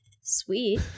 Sweet